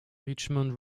richmond